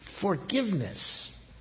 forgiveness